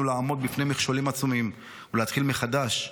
לעמוד בפני מכשולים עצומים ולהתחיל מחדש,